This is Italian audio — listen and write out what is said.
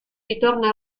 ritorno